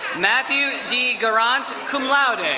matthew d. grant, cum laude.